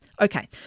Okay